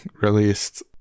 released